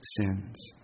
sins